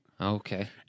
Okay